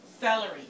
celery